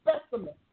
specimen